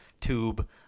tube